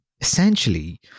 essentially